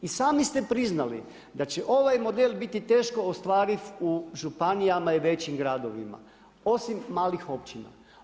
I sami ste priznali da će ovaj model biti teško ostvariv u županijama i većim gradovima osim malih općina.